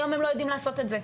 היום הם לא יודעים לעשות את זה,